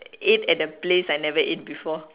ate at a place I never ate before